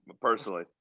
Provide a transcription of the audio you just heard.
personally